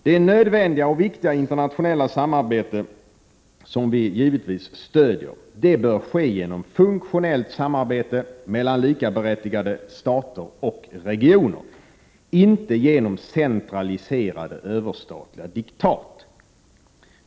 Det nödvändiga och viktiga internationella samarbete som vi givetvis stöder bör genomföras som funktionellt samarbete mellan likaberättigade parter och regioner, inte genom centraliserade överstatliga diktat.